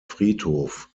friedhof